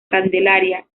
candelaria